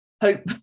hope